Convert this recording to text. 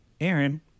Aaron